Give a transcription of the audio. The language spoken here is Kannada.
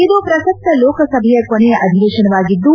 ಇದು ಪ್ರಸಕ್ತ ಲೋಕಸಭೆಯ ಕೊನೆಯ ಅಧಿವೇತನವಾಗಿದ್ದು